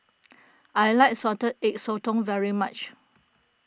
I like Salted Egg Sotong very much